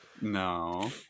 No